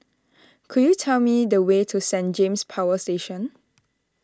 could you tell me the way to Saint James Power Station